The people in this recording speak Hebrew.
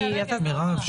כי --- מירב,